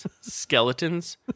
skeletons